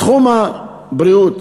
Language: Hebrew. בתחום הבריאות